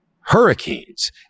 hurricanes